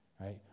right